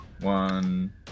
one